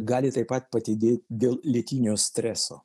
gali taip pat padidėt dėl lėtinio streso